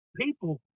people